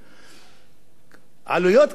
אובדן